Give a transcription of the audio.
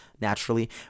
naturally